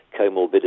comorbidities